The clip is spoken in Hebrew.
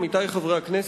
עמיתי חברי הכנסת,